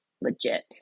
legit